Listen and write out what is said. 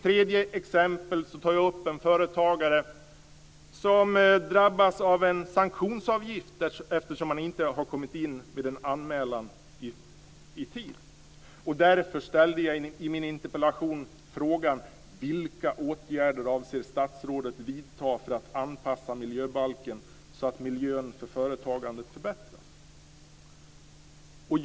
Tredje exemplet gäller den företagare som drabbas av en sanktionsavgift därför att han inte har kommit in med en anmälan i tid. Därför frågar jag i min interpellation vilka åtgärder ministern avser att vidta för att anpassa miljöbalken så att miljön för företagandet förbättras.